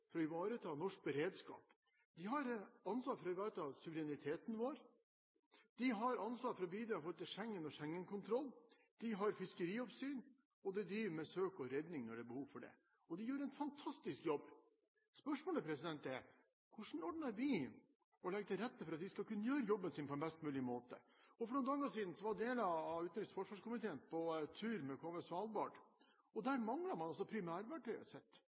for å ivareta norsk beredskap. De har ansvar for å ivareta suvereniteten vår, de har ansvar for å bidra i forhold til Schengen-kontroll, de har fiskerioppsyn, og de driver med søk og redning når det er behov for det. Og de gjør en fantastisk jobb. Spørsmålet er: Hvordan legger vi til rette for at de skal kunne gjøre jobben sin på en best mulig måte? For noen dager siden var deler av utenriks- og forsvarskomiteen på tur med KV Svalbard. Der mangler man